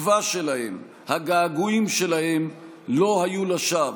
התקווה שלהם, הגעגועים שלהם, לא היו לשווא.